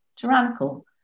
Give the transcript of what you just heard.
tyrannical